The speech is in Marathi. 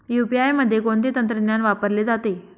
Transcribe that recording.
यू.पी.आय मध्ये कोणते तंत्रज्ञान वापरले जाते?